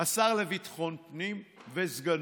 השר לביטחון הפנים וסגנו,